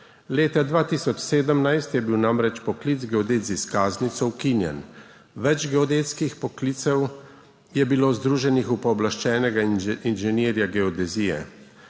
Leta 2017 je bil namreč poklic geodeta z geodetsko izkaznico ukinjen, več geodetskih poklicev je bilo združenih v pooblaščenega inženirja geodezije.